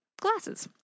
Glasses